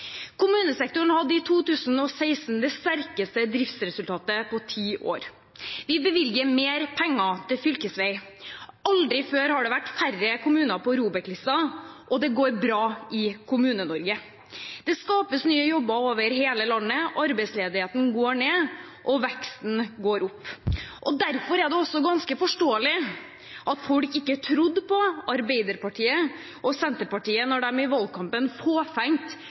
Kommunesektoren hadde i 2016 det sterkeste driftsresultatet på ti år. Vi bevilger mer penger til fylkesveier. Aldri før har det vært færre kommuner på ROBEK-listen. Det går bra i Kommune-Norge. Det skapes nye jobber over hele landet, arbeidsledigheten går ned, og veksten går opp. Derfor er det også ganske forståelig at folk ikke trodde på Arbeiderpartiet og Senterpartiet da de i valgkampen